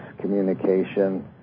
communication